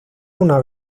una